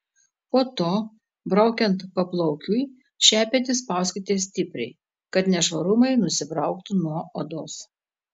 po to braukiant paplaukiui šepetį spauskite stipriai kad nešvarumai nusibrauktų nuo odos